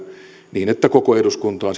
niin että koko eduskunta on